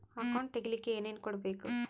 Account ತೆಗಿಲಿಕ್ಕೆ ಏನೇನು ಕೊಡಬೇಕು?